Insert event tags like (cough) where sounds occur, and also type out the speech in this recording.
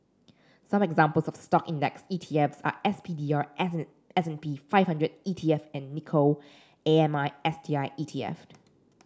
some examples of stock index E T F (unintelligible) are S P D R S and S and P five hundred E T F and Nikko A M I S T I E T F